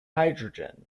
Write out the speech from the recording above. hydrogen